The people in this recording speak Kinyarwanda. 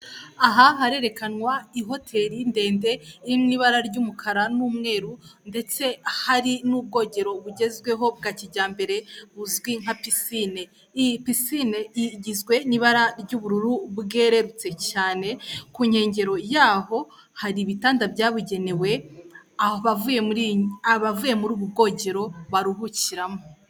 Aha harerekanwa ihoteli ndende iri mu ibara ry'umukara n'umweru, ndetse hari n'ubwogero bugezweho bwa kijyambere buzwi nka pisine. Iyi pisine igizwe n'ibara ry'ubururu bwererutse cyane, ku nkengero yaho hari ibitanda byabugenewe, abavuye muri ubu bwogero baruhukiramo.